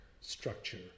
structure